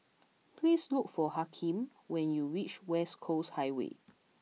please look for Hakeem when you reach West Coast Highway